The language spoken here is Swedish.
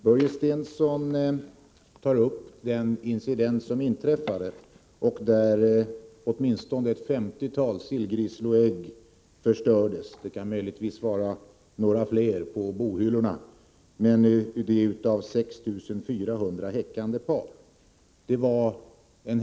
Herr talman! Börje Stensson tar upp den incident som inträffade vid Stora Karlsö, då åtminstone ett 50-tal sillgrissleägg från 6 400 häckande par förstördes — möjligen kan ytterligare några ha förstörts på bohyllorna.